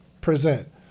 present